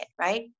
right